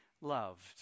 loved